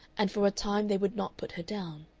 and for a time they would not put her down.